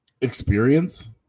Experience